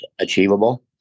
achievable